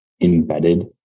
embedded